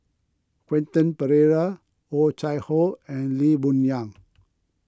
Quentin Pereira Oh Chai Hoo and Lee Boon Yang